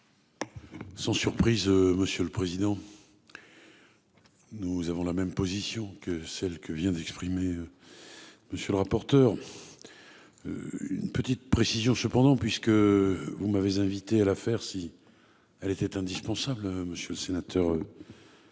Sans surprise, monsieur le président. Nous avons la même position que celle que vient d'exprimer. Monsieur le rapporteur. Une petite précision cependant puisque vous m'avez invité à l'affaire, si elle était indispensable. Monsieur le sénateur.